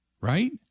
Right